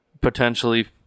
potentially